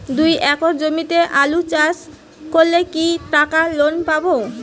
দুই একর জমিতে আলু চাষ করলে কি টাকা লোন পাবো?